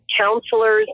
counselors